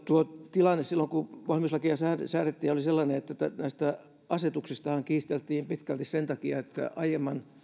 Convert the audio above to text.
tilanne silloin kun valmiuslakia säädettiin oli sellainen että näistä asetuksistahan kiisteltiin pitkälti sen takia että aiemman